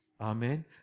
Amen